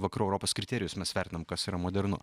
vakarų europos kriterijus mes vertinam kas yra modernu